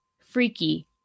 freaky